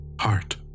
Heart